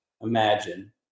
imagine